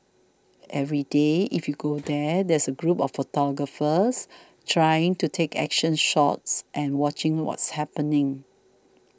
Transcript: every day if you go there there's a group of photographers trying to take action shots and watching what's happening